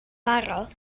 barod